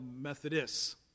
Methodists